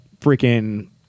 freaking